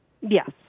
Yes